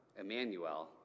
Emmanuel